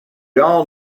all